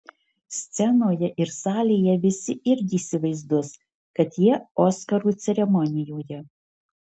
scenoje ir salėje visi irgi įsivaizduos kad jie oskarų ceremonijoje